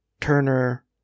Turner